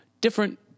different